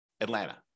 Atlanta